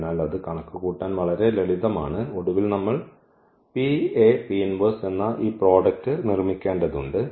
അതിനാൽ അത് കണക്കുകൂട്ടാൻ വളരെ ലളിതമാണ് ഒടുവിൽ നമ്മൾ എന്ന ഈ പ്രോഡക്റ്റ് നിർമ്മിക്കേണ്ടതുണ്ട്